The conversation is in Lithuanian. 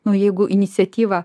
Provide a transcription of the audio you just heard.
nu jeigu iniciatyva